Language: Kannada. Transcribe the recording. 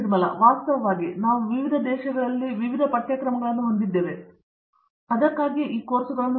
ನಿರ್ಮಲ ವಾಸ್ತವವಾಗಿ ನಾವು ವಿವಿಧ ದೇಶಗಳಲ್ಲಿ ವಿವಿಧ ಪಠ್ಯಕ್ರಮಗಳನ್ನು ಹೊಂದಿದ್ದೇವೆ ಅದಕ್ಕಾಗಿಯೇ ನಾವು ಈ ಕೋರ್ಸುಗಳನ್ನು ಹೊಂದಿದ್ದೇವೆ